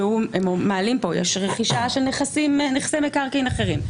שהם מעלים פה שיש רכישה של נכסי מקרקעין אחרים.